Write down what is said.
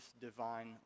divine